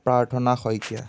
প্ৰাৰ্থনা শইকীয়া